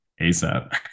ASAP